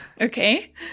Okay